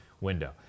window